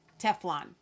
Teflon